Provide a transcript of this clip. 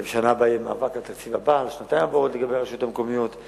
בשנה הבאה יהיה מאבק על התקציב לרשויות המקומיות לשנתיים הבאות.